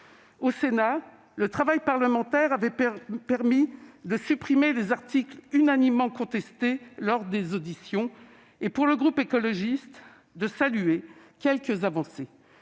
Au Sénat, le travail parlementaire avait permis de supprimer les articles unanimement contestés lors des auditions. Le groupe écologiste avait ainsi salué quelques avancées.